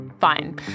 fine